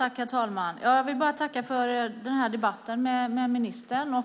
Herr talman! Jag vill tacka för den här debatten med ministern.